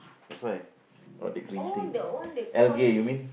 that's why got the green thing algae you mean